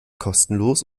kostenlos